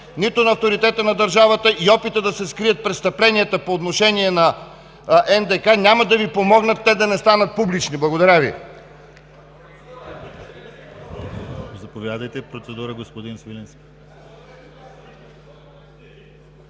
нито на авторитета на държавата. Опитът да се скрият престъпленията по отношение на НДК няма да Ви помогне те да не станат публични. Благодаря Ви.